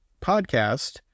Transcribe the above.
podcast